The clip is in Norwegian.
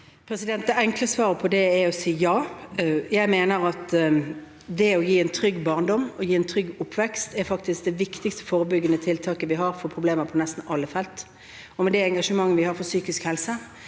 Det enkle sva- ret på det er ja. Jeg mener at det å gi en trygg barndom, å gi en trygg oppvekst, faktisk er det viktigste forebyggende tiltaket vi har mot problemer på nesten alle felt. I vårt engasjement for psykisk helse